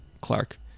Clark